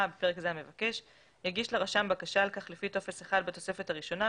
(בפרק זה המבקש) יגיש לרשם בקשה על כך לפי טופס 1 בתוספת הראשונה,